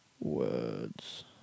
words